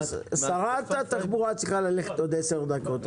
שרת התחבורה צריכה ללכת בעוד 10 דקות.